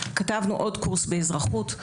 עוד קורס באזרחות,